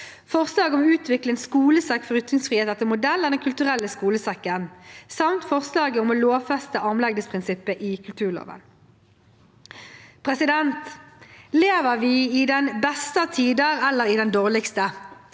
forslaget om å utvikle en Skolesekk for ytringsfrihet etter modell av Den kulturelle skolesekken samt forslaget om å lovfeste armlengdeprinsippet i kulturloven. Lever vi i den beste av tider, eller i den dårligste?